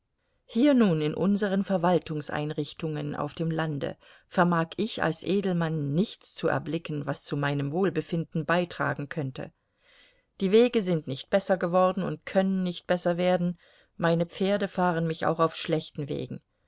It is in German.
hier nun in unseren verwaltungseinrichtungen auf dem lande vermag ich als edelmann nichts zu erblicken was zu meinem wohlbefinden beitragen könnte die wege sind nicht besser geworden und können nicht besser werden meine pferde fahren mich auch auf schlechten wegen